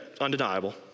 undeniable